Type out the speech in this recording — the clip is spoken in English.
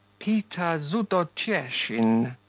peter zudotyeshin,